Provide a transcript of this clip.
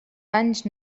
danys